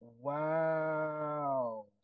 Wow